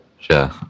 Sure